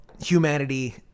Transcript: humanity